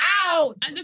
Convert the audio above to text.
out